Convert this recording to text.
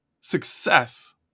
success